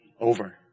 over